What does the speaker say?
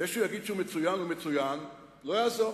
זה שהוא יגיד שהוא מצוין, הוא מצוין, לא יעזור.